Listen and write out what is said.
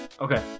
Okay